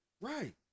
Right